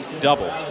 double